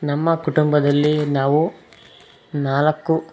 ನಮ್ಮ ಕುಟುಂಬದಲ್ಲಿ ನಾವು ನಾಲ್ಕು